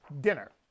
dinner